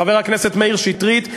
חבר הכנסת מאיר שטרית,